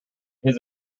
his